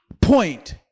point